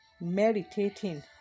meditating